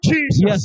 Jesus